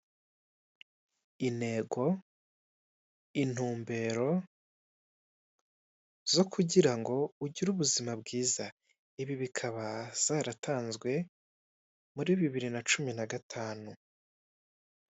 Intego intumbero zo kugira ngo ugire ubuzima bwiza ibi bikaba zaratanzwe mu bibiri na cumi na gatanu.